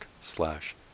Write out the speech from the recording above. slash